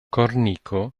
korniko